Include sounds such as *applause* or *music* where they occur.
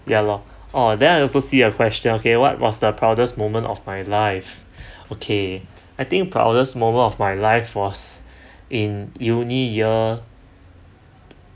ya lor oh then I also see a question okay what was the proudest moment of my life *breath* okay I think proudest moment of my life was *breath* in uni year